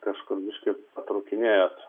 kažkur biški trūkinėjat